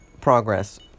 progress